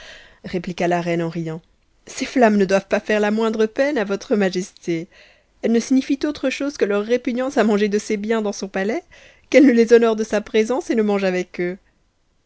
répliqua la reine en riant ces flammes ne doivent pas faire la moindre peine à votre majesté elles ne signifient autre chose que em répugnance à manger de ses biens dans son palais qu'elle ne les honore p sa présence et ne mange avec eux